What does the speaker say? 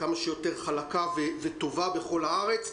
כמה שיותר חלקה וטובה בכל הארץ.